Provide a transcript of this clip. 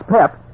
Pep